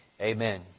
amen